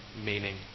meaning